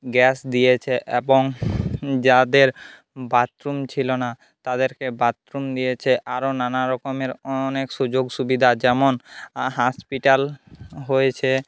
gas দিয়েছে এবং যাদের বাথরুম ছিল না তাদেরকে বাথরুম দিয়েছে আরও নানা রকমের অনেক সুযোগ সুবিধা যেমন হসপিটাল হয়েছে